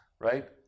Right